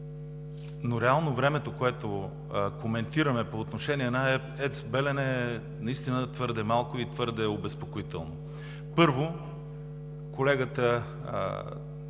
но реално времето, което коментираме по отношение на АЕЦ „Белене“, е твърде малко и обезпокоително. Първо, колегата